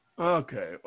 Okay